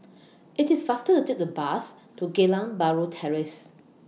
IT IS faster to Take The Bus to Geylang Bahru Terrace